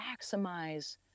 maximize